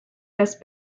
west